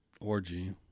orgy